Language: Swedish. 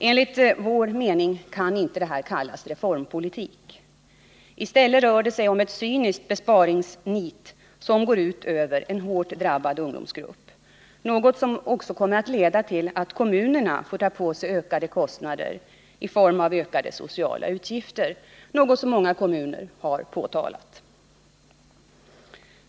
Enligt vår mening kan detta inte kallas reformpolitik. I stället rör det sig om ett cyniskt besparingsnit, som går ut över en hårt drabbad ungdomsgrupp, något som också kommer att leda till att kommunerna fått ta på sig ökade kostnader i form av ökade sociala utgifter, vilket många kommuner har påtalat.